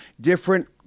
different